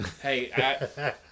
Hey